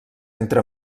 entre